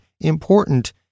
important